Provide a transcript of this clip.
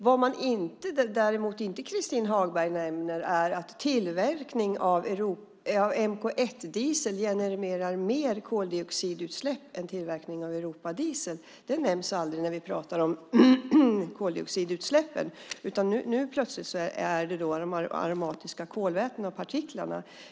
Vad Christin Hagberg inte nämner är att tillverkningen av mk 1-diesel genererar mer koldioxidutsläpp än tillverkningen av europadiesel. Det nämns aldrig när vi talar om koldioxidutsläppen, utan nu handlar det plötsligt om de aromatiska kolvätena och partiklarna.